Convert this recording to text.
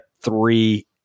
three